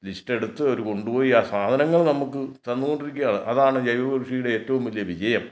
list എടുത്ത് അവർ കൊണ്ടുപോയി ആ സാധനങ്ങൾ നമുക്ക് തന്നു കൊണ്ടിരിക്കുകയാണ് അതാണ് ജൈവകൃഷിയുടെ ഏറ്റവും വലിയ വിജയം